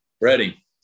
Ready